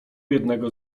jednego